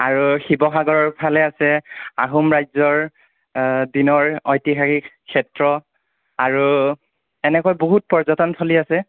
আৰু শিৱসাগৰৰ ফালে আছে আহোম ৰাজ্যৰ দিনৰ ঐতিহাসিক ক্ষেত্ৰ আৰু এনেকৈ বহুত পৰ্যটন থলী আছে